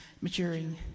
maturing